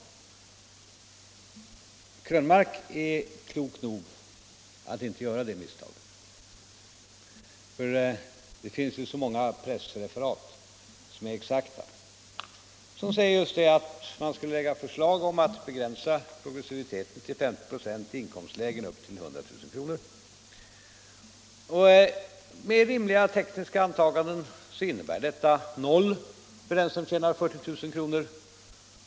Herr Krönmark är klok nog att inte göra det misstaget — det finns ju så många exakta pressreferat som säger just att man skulle lägga förslag om att begränsa progressiviteten till 50 96 i inkomstlägen upp till 100 000 kr. Med rimliga tekniska antaganden innebär detta 0 kr. för den som tjänar 40 000 kr.